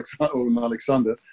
alexander